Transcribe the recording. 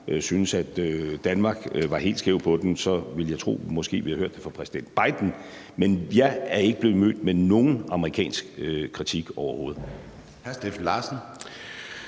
syntes, at Danmark var helt skævt på den, så ville jeg tro, at vi måske havde hørt det fra præsident Biden, men jeg er ikke blevet mødt med nogen amerikansk kritik overhovedet.